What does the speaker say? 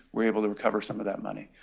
we're able to recover some of that money.